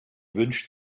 wünscht